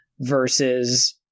versus